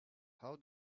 how